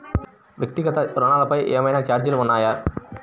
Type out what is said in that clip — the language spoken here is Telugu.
వ్యక్తిగత ఋణాలపై ఏవైనా ఛార్జీలు ఉన్నాయా?